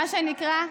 מה שנקרא: